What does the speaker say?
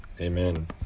Amen